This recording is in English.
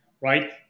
right